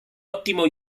ottimo